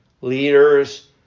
leaders